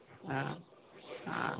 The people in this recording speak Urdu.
ہاں ہاں